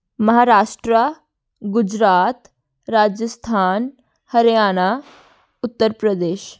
Maharashtra Gujarat Rajasthan Haryana Uttar Pradesh